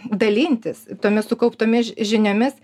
dalintis tomis sukauptomis žiniomis